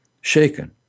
shaken